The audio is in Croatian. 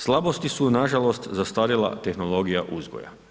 Slabosti su nažalost zastarjela tehnologija uzgoja.